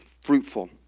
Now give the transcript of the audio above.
fruitful